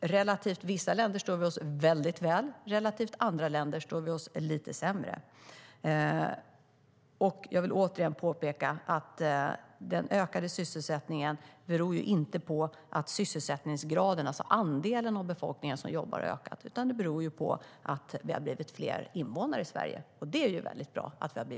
Relativt vissa länder står vi oss väldigt väl, och relativt andra länder står vi oss lite sämre.